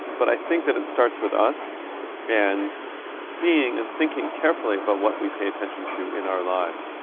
but i think that it starts with us and seeing and thinking carefully about what we pay attention to in our lives.